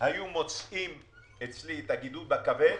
היו מוצאים אצלה את הגידול בכבד,